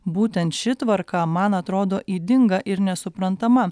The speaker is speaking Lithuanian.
būtent ši tvarka man atrodo ydinga ir nesuprantama